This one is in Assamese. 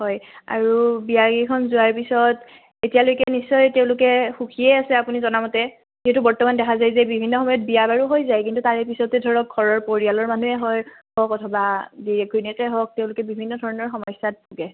হয় আৰু বিয়াকেইখন যোৱাৰ পিছত এতিয়ালৈকে নিশ্চয় তেওঁলোক সুখীয়েই আছে আপুনি জনা মতে যিহেতু বৰ্তমান দেখা যাই যে বিভিন্ন সময়ত বিয়া বাৰু হৈ যাই কিন্তু তাৰে পিছতে ধৰক ঘৰৰ পৰিয়ালৰ মানুহেই হয় অথবা গিৰীয়েক ঘৈনীয়েকেই হওক তেওঁলোকে বিভিন্ন ধৰণৰ সমস্যাত ভোগে